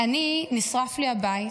אני, נשרף לי הבית